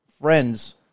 friends